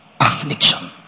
affliction